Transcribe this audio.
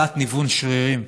מחלת ניוון שרירים.